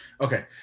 Okay